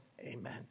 amen